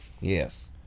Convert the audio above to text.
Yes